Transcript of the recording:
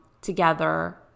together